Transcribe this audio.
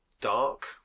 dark